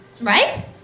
Right